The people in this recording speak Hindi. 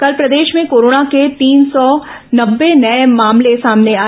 कल प्रदेश में कोरोना के तीन सौ नब्बे नये मामले सामने आए